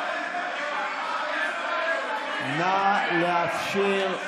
נא לאפשר,